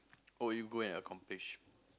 oh you go and accomplish